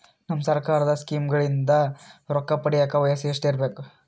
ನಮ್ಮ ಸರ್ಕಾರದ ಸ್ಕೀಮ್ಗಳಿಂದ ರೊಕ್ಕ ಪಡಿಯಕ ವಯಸ್ಸು ಎಷ್ಟಿರಬೇಕು?